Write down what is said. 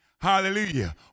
Hallelujah